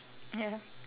ya